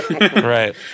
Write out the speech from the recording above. Right